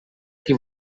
qui